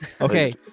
Okay